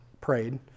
prayed